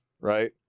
right